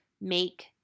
make